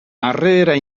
harrera